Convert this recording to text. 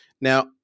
Now